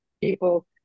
people